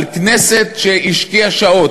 על כנסת שהשקיעה שעות,